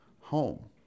home